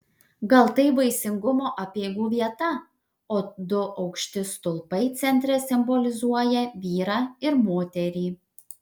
gal tai vaisingumo apeigų vieta o du aukšti stulpai centre simbolizuoja vyrą ir moterį